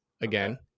again